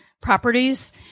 Properties